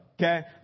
Okay